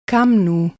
Kamnu